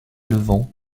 levant